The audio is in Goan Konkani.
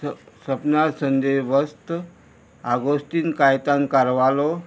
सपन संजेय वस्त आगोश्टीन कायतान कारवालो